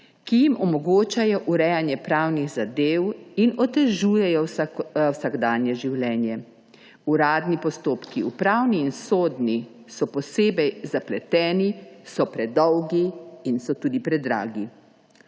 ki jim omogočajo urejanje pravnih zadev in otežujejo vsakdanje življenje. Uradni postopki, upravni in sodni, so posebej zapleteni, so predolgi in so tudi predragi.